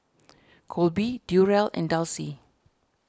Kolby Durell and Dulcie